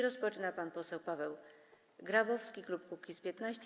Rozpoczyna pan poseł Paweł Grabowski, klub Kukiz’15.